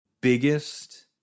Biggest